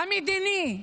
המדיני.